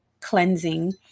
cleansing